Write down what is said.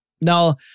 Now